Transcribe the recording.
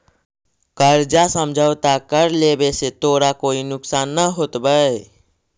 कर्जा समझौता कर लेवे से तोरा कोई नुकसान न होतवऽ